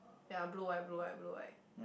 yea blue white blue white blue white